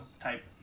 type